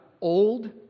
old